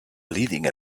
leading